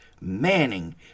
manning